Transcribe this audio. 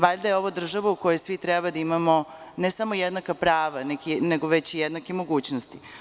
Valjda je ovo država u kojoj svi treba da imamo ne samo jednaka prava nego i jednake mogućnosti.